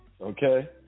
okay